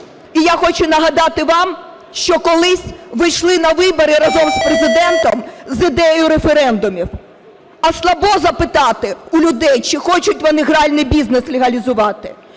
І я хочу нагадати вам, що колись ви ішли на вибори разом з Президентом з ідеєю референдумів. А слабо запитати у людей, чи хочуть вони гральний бізнес легалізувати?